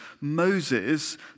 Moses